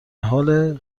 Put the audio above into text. حال